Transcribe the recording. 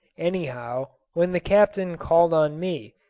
anyhow, when the captain called on me,